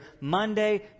Monday